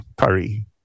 curry